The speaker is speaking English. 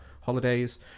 holidays